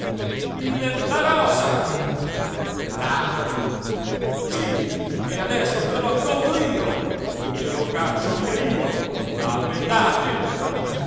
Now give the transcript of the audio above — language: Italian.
il la rosa là sí e adesso te lo accomodo io te lo caccio via io a pedate